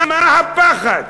מה הפחד?